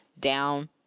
down